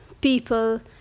people